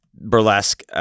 burlesque